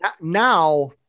now